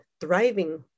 thriving